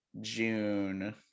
June